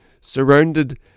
surrounded